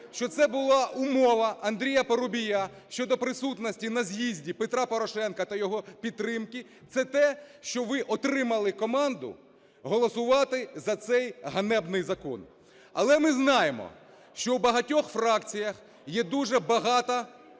що це була умова Андрія Парубія щодо присутності на з'їзді Петра Порошенка та його підтримки, це те, що ви отримали команду голосувати за цей ганебний закон. Але ми знаємо, що у багатьох фракціях є дуже багато